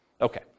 Okay